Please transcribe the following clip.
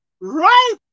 right